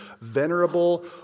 venerable